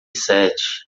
sete